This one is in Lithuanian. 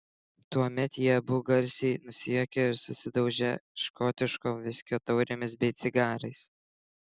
tuomet jie abu garsiai nusijuokia ir susidaužia škotiško viskio taurėmis bei cigarais